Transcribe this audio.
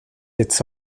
its